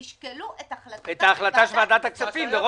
תשקלו את החלטתה של ועדת הכספים.